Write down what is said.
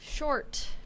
short